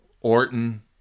Orton